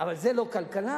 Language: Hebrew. אבל זאת לא כלכלה,